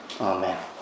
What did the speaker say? Amen